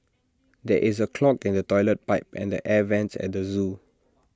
there is A clog in the Toilet Pipe and the air Vents at the Zoo